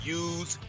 use